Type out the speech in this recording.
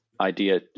idea